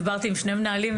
דיברתי עם שני מנהלים,